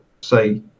say